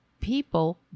people